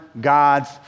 God's